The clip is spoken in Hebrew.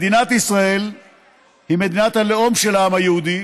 מדינת ישראל היא מדינת הלאום של העם היהודי,